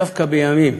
דווקא בימים